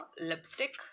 lipstick